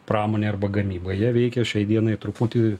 pramonė arba gamyba jie veikia šiai dienai truputį